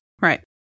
Right